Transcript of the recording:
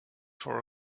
for